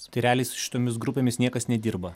tai realiai su šitomis grupėmis niekas nedirba